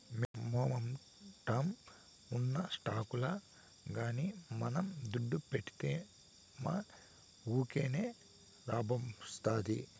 momentum ఉన్న స్టాకుల్ల గానీ మనం దుడ్డు పెడ్తిమా వూకినే లాబ్మొస్తాది